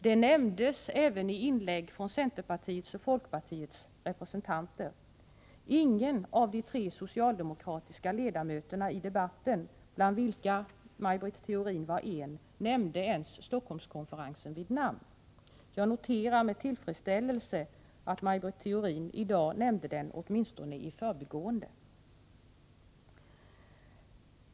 Den nämndes också i inlägg från centerpartiets och folkpartiets representanter. Ingen av de tre socialdemokratiska ledamöter som deltog i debatten, bland vilka Maj Britt Theorin var en, nämnde ens Stockholmskonferensen vid namn. Jag noterar med tillfredsställelse att Maj Britt Theorin i dag nämnde den åtminstone i förbigående.